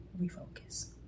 Refocus